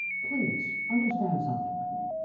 please understand something with me.